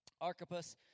Archippus